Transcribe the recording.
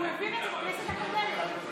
הוא העביר את זה בכנסת הקודמת.